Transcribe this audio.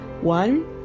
One